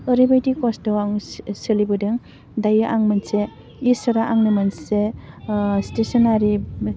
ओरैबाय खस्थ आं सोलिबोदों दायो आं मोनसे इसोरा आंनो मोनसे स्टेसनारि